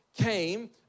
came